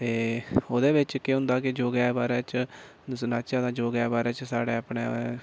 ते ओह्दे बिच्च केह् होंदा कि योगे दे बारे च सनाचै ते योगें दे बारे च साढै़ अपने